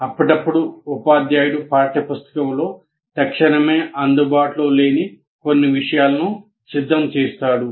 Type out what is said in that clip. అప్పుడప్పుడు ఉపాధ్యాయుడు పాఠ్యపుస్తకంలో తక్షణమే అందుబాటులో లేని కొన్ని విషయాలను సిద్ధం చేస్తాడు